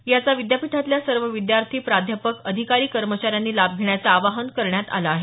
याचा विद्यापीठातल्या सर्व विद्यार्थी प्राध्यापक अधिकारी कर्मचाऱ्यांनी लाभ घेण्याचं आवाहन करण्यात आलं आहे